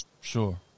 Sure